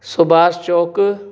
Subhash Chowk